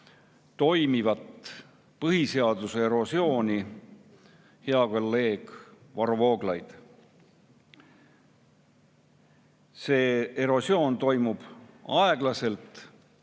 toimuvat põhiseaduse erosiooni hea kolleeg Varro Vooglaid. See erosioon toimub aeglaselt